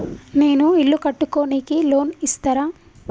నేను ఇల్లు కట్టుకోనికి లోన్ ఇస్తరా?